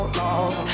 long